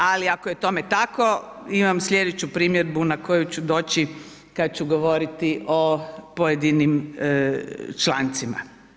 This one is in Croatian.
Ali ako je tome tako imam sljedeću primjedbu na koju ću doći kad ću govoriti o pojedinim člancima.